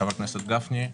חבר הכנסת גפני,